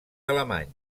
alemany